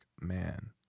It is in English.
man